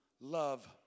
love